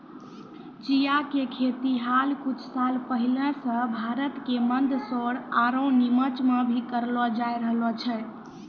चिया के खेती हाल कुछ साल पहले सॅ भारत के मंदसौर आरो निमच मॅ भी करलो जाय रहलो छै